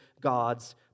God's